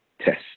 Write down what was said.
test